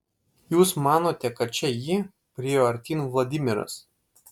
jūs manote kad čia ji priėjo artyn vladimiras